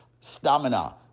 stamina